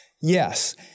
Yes